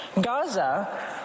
Gaza